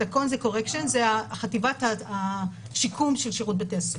זו חטיבת השיקום של שירות בתי הסוהר.